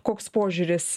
koks požiūris